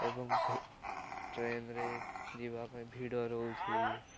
ଏବଂ ଟ୍ରେନରେ ଯିବା ପାଇଁ ଭିଡ଼ ରହୁଛି